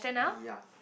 ya